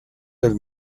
del